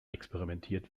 experimentiert